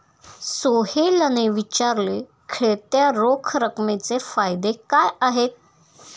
सोहेलने विचारले, खेळत्या रोख रकमेचे फायदे काय आहेत?